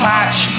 Patch